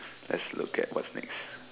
let's look at what's next